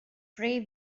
pray